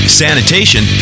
sanitation